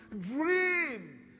Dream